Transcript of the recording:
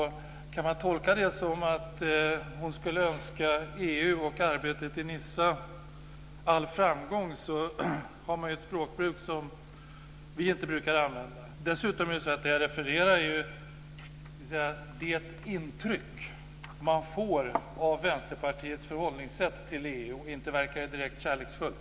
Ska man tolka det som att hon önskar EU och arbetet i Nice all framgång får man säga att hon använder ett språkbruk som vi inte brukar använda. Dessutom är detta det intryck man får av Vänsterpartiets förhållningssätt till EU, och inte verkar det direkt kärleksfullt.